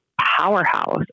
powerhouse